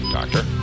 Doctor